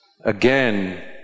Again